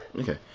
Okay